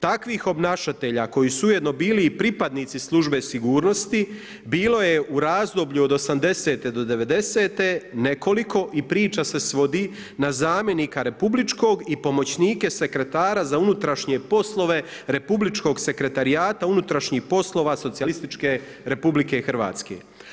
Takvih obnašatelja koji su ujedno bili i pripadnici službe sigurnosti bilo je u razdoblju od '80.-te do '90.-te nekoliko i priča se svodi na zamjenika republičkog i pomoćnike sekretara za unutrašnje poslove republičkog sekretarijata unutrašnjih poslova Socijalističke Republike Hrvatske.